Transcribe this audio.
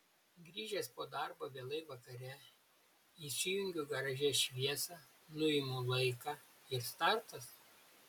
grįžęs po darbo vėlai vakare įsijungiu garaže šviesą nuimu laiką ir startas